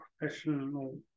professional